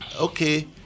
okay